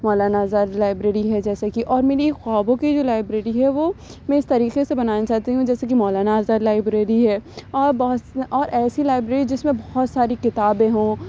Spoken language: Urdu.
مولانا آزاد لائبریری ہے جیسے کہ اور میں نے خوابوں کی جو لائبریری ہے وہ میں اِس طریقے سے بنانا چاہتی ہوں جیسے کہ مولانا آزاد لائبریری ہے اور بہت سی اور ایسی لائبریری جس میں بہت ساری کتابیں ہوں